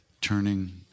turning